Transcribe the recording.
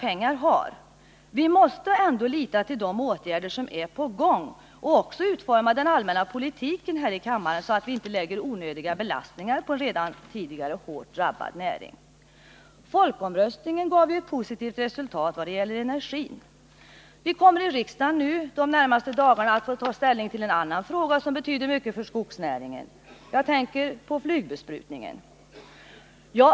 Men vi måste i stället lita till de åtgärder som är på gång och utforma den allmänna politiken här i kammaren så, att vi inte lägger onödiga belastningar på en redan tidigare hårt drabbad näring. Folkomröstningen gav ett positivt resultat vad gäller energin. Vi kommer i riksdagen inom de närmaste dagarna att få ta ställning till en annan fråga som betyder mycket för skogsnäringen — jag tänker på flygbesprutningen.